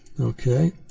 okay